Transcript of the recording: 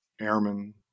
airmen